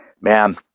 Man